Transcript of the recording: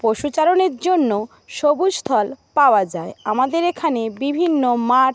পশুচারণের জন্য সবুজ স্থল পাওয়া যায় আমাদের এখানে বিভিন্ন মাঠ